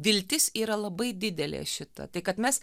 viltis yra labai didelė šita tai kad mes